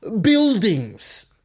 buildings